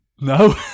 No